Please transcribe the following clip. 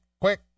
quick